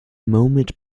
moment